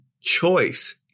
choice